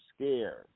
scared